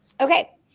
Okay